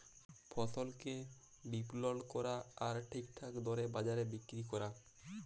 ফসলকে বিপলল ক্যরা আর ঠিকঠাক দরে বাজারে বিক্কিরি ক্যরা